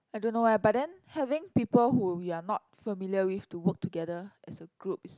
I don't know eh but then having people whom you are not familiar with to work together as a group is